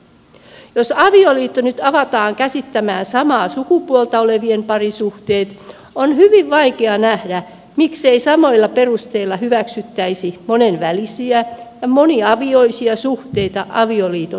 jos avioliitto nyt avataan käsittämään samaa sukupuolta olevien parisuhteet on hyvin vaikea nähdä miksei samoilla perusteilla hyväksyttäisi monenvälisiä ja moniavioisia suhteita avioliiton perusteeksi